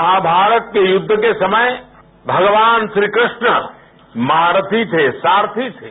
महामारत के युद्ध के समय भगवान श्रीकृष्ण महारथी थे सारथी थे